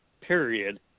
period